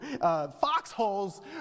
foxholes